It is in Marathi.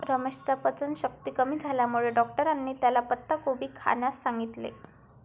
रमेशच्या पचनशक्ती कमी झाल्यामुळे डॉक्टरांनी त्याला पत्ताकोबी खाण्यास सांगितलं